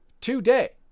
today